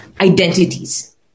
identities